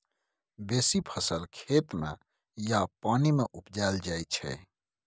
बेसी फसल खेत मे या पानि मे उपजाएल जाइ छै